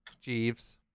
Jeeves